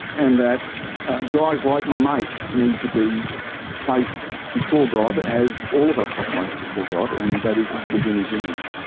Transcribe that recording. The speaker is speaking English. and that guys like my mate need to be placed before god as all of us are placed before god, and that is within his image,